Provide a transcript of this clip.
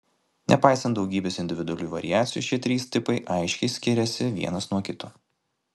nepaisant daugybės individualių variacijų šie trys tipai aiškiai skiriasi vienas nuo kito